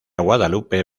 guadalupe